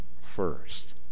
first